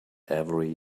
every